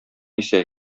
исә